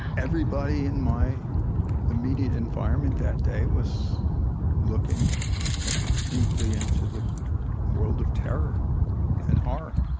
everybody in my immediate environment that day was looking deeply into the world of terror and horror.